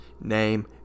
name